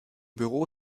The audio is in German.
büro